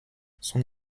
son